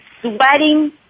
sweating